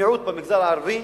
מיעוט במגזר הערבי,